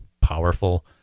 powerful